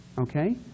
okay